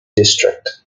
district